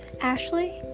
Ashley